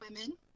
women